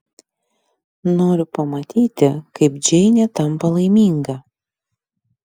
noriu pamatyti kaip džeinė tampa laiminga